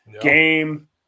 Game